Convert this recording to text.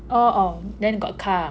oh oh then got car ah